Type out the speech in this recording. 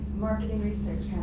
marketing research